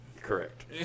Correct